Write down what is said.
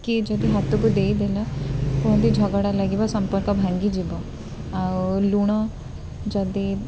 କିଏ ଯଦି ହାତକୁ ଦେଇଦେଲା କୁହନ୍ତି ଝଗଡ଼ା ଲାଗିବ ସମ୍ପର୍କ ଭାଙ୍ଗିଯିବ ଆଉ ଲୁଣ ଯଦି